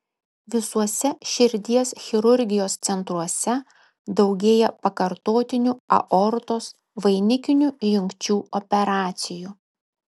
visuose širdies chirurgijos centruose daugėja pakartotinių aortos vainikinių jungčių operacijų